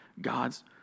God's